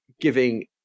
giving